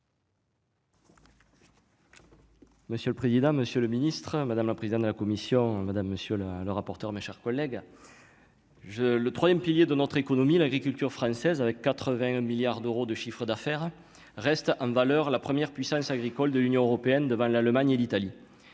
Monsieur le président, Monsieur le Ministre, madame la présidente de la commission, madame, monsieur, là, le rapporteur, mes chers collègues. Je le 3ème pilier de notre économie, l'agriculture française avec 80 milliards d'euros de chiffre d'affaires reste en valeur la première puissance agricole de l'Union européenne, devant l'Allemagne et l'Italie,